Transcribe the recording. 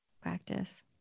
practice